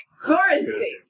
Currency